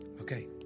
Okay